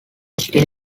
still